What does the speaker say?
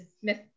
Smith